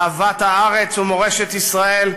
אהבת הארץ ומורשת ישראל,